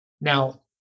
Now